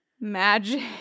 magic